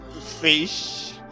fish